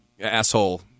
asshole